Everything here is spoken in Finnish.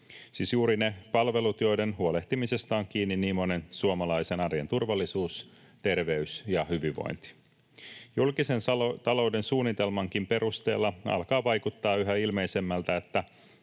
siis juuri ne palvelut, joiden huolehtimisesta on kiinni niin monen suomalaisen arjen turvallisuus, terveys ja hyvinvointi. Julkisen talouden suunnitelmankin perusteella alkaa vaikuttaa yhä ilmeisemmältä,